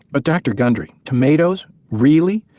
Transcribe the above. but, dr. gundry, tomatoes really?